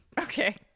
Okay